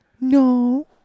No